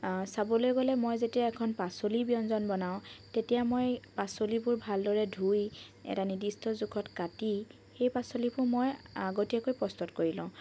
চাবলৈ গ'লে মই যেতিয়া এখন পাচলিৰ ব্যঞ্জন বনাও তেতিয়া মই পাচলিবোৰ ভালদৰে ধুই এটা নিৰ্দিষ্ট জোখত কাটি সেই পাচলিবোৰ মই আগতীয়াকৈ প্ৰস্তুত কৰি লওঁ